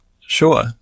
Sure